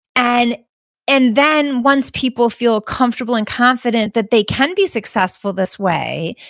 and and then, once people feel comfortable and confident that they can be successful this way,